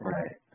Right